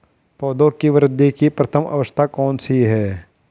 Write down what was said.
पौधों की वृद्धि की प्रथम अवस्था कौन सी है?